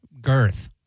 girth